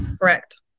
Correct